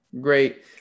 great